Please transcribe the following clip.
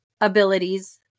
abilities